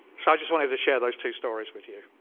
so i just wanted to share those two stories with you.